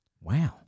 Wow